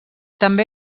també